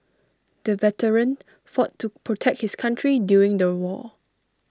the veteran fought to protect his country during the war